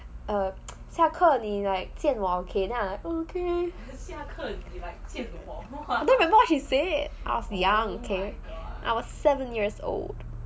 err 下课你 like 见我 okay then I'm like okay don't remember what she said I was young okay I was seven years old